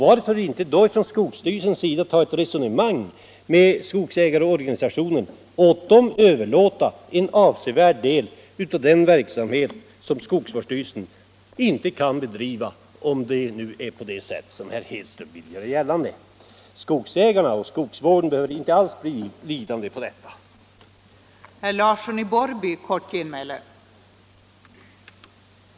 Varför tar då inte skogsstyrelsen resonemang med skogsägarorganisationen och överlåter åt den en avsevärd del av den verksamhet som skogsstyrelsen inte kan bedriva, om det nu är så som herr Hedström vill göra gällande? Skogsägarna och skogsvården behöver inte alls bli lidande genom ett sådant arrangemang.